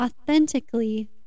authentically